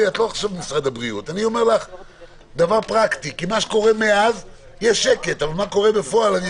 מה קורה בפועל?